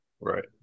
Right